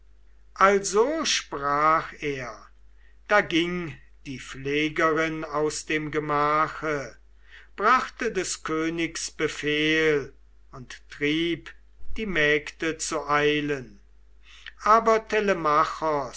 also sprach er da ging die pflegerin aus dem gemache brachte des königs befehl und trieb die mägde zu eilen aber